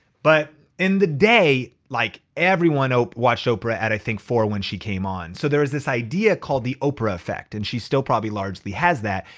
but in the day like everyone watched oprah at i think four, when she came on. so there is this idea called the oprah effect and she still probably largely has that.